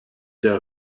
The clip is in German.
der